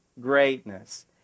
Greatness